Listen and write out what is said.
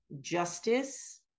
justice